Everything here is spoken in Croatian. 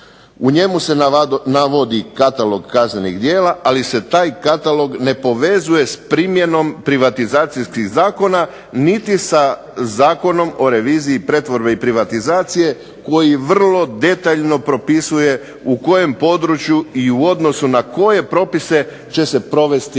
U njemu se navodi katalog kaznenih djela, ali se taj katalog ne povezuje s primjenom privatizacijskih zakona niti sa Zakonom o reviziji pretvorbe i privatizacije koji vrlo detaljno propisuje u kojem području i u odnosu na koje propise će se provesti revizija.